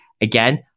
again